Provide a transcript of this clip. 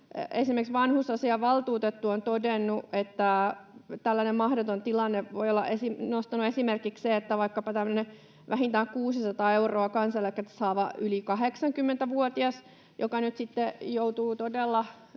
esimerkiksi vanhusasiavaltuutettu on todennut, että tällainen mahdoton tilanne voi olla… Hän on nostanut esimerkiksi sen, että vaikkapa tämmöinen vähintään 600 euroa kansaneläkettä saava yli 80-vuotias nyt sitten joutuu todella